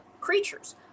creatures